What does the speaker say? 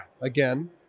again